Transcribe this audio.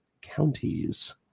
counties